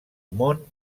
món